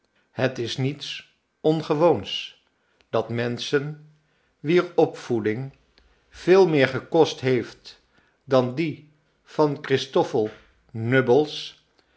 het is niets ongewoons dat menschen wier opvoeding veel meer gekost heeft dan die van christoffel